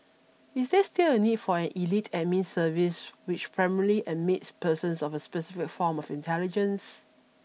is there still a need for an elite Admin Service which primarily admits persons of a specific form of intelligence